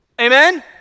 Amen